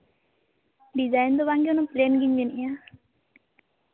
design ᱫᱚ ᱵᱟᱝᱜᱮ plan ᱜᱤᱧ ᱢᱮᱱᱮᱜᱼᱟ